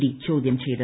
D ചോദ്യം ചെയ്തത്